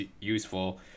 useful